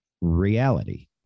reality